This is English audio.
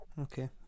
Okay